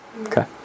Okay